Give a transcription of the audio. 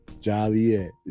Joliet